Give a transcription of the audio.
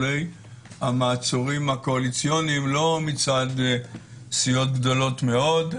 לולא המעצורים הקואליציוניים לא מצד סיעות גדולות מאוד,